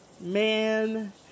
Man